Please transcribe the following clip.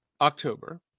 October